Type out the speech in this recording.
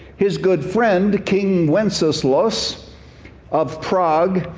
his good friend, king wenceslaus of prague,